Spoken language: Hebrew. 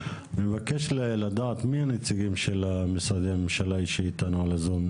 אני מבקש לדעת מי הנציגים של משרדי הממשלה שאיתנו על הזום?